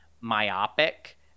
myopic